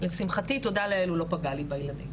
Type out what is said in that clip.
לשמחתי תודה לאל הוא לא פגע לי בילדים,